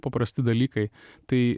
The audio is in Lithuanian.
paprasti dalykai tai